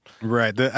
right